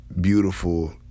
beautiful